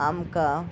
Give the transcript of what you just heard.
आमकां